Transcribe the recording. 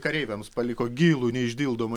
kareiviams paliko gilų neišdildomą